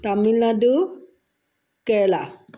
Tamil Nadu Kerala